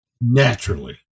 naturally